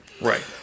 Right